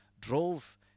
drove